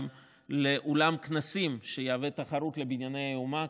לאולם כנסים שיהווה תחרות לבנייני האומה.